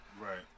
Right